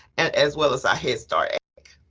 and as well as that head start act.